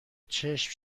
چشم